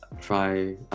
try